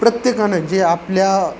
प्रत्येकाने जे आपल्या